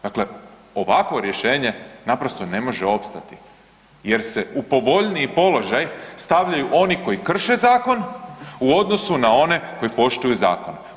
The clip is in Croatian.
Dakle, ovakvo rješenje naprosto ne može opstati jer se u povoljniji položaj stavljaju oni koji krše zakon u odnosu na one koji poštuju zakon.